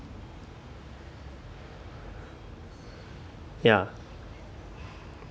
ya